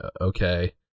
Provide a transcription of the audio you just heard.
okay